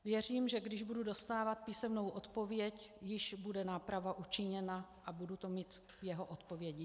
Věřím, že když budu dostávat písemnou odpověď, již bude náprava učiněna a budu to mít v jeho odpovědi.